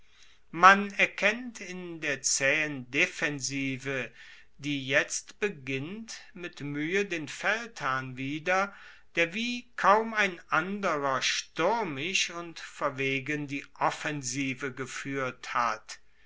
man erkennt in der zaehen defensive die jetzt beginnt mit muehe den feldherrn wieder der wie kaum ein anderer stuermisch und verwegen die offensive gefuehrt hat